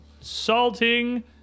salting